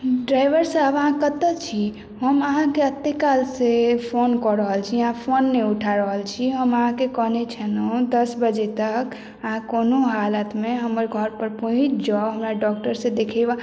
driver साहेब अहाँ कतऽ छी हम अहाँके अते कालसँ फोन कऽ रहल छी अहाँ फोन नहि उठा रहल छी हम अहाँके कहने छलहुँ दस बजे तक अहाँ कोनो हालतमे हमर घरपर पहुँचि जाउ हमरा डॉक्टरसँ देखे